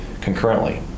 concurrently